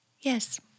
Yes